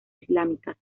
islámicas